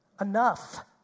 Enough